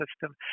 system